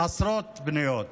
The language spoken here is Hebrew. עשרות פניות,